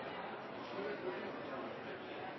så vidt et